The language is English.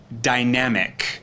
dynamic